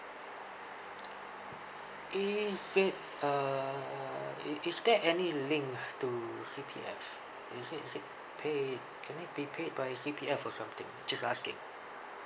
is it uh i~ is there any link to C_P_F is it it paid can I be paid by C_P_F or something just asking